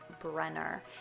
Brenner